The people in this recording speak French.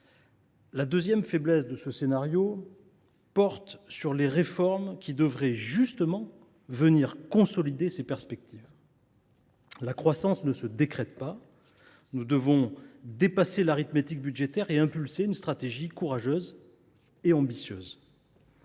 La seconde faiblesse de ce scénario porte sur les réformes destinées à consolider ces perspectives. La croissance ne se décrète pas. Nous devons dépasser l’arithmétique budgétaire et impulser une stratégie courageuse et ambitieuse.